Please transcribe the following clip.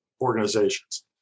organizations